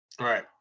Right